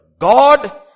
God